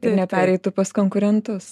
ir nepereitų pas konkurentus